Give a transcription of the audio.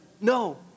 No